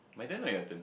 by then we have the